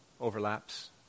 overlaps